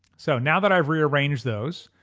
so now that i've rearranged those,